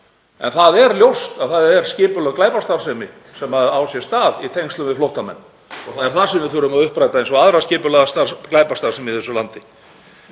en það er ljóst að það á sér stað skipulögð glæpastarfsemi í tengslum við flóttamenn og það er það sem við þurfum að uppræta eins og aðra skipulagða glæpastarfsemi í þessu landi.